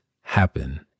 happen